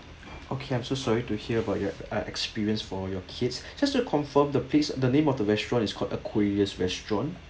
okay I'm so sorry to hear about your uh experience for your kids just to confirm the place the name of the restaurant is called aquarius restaurant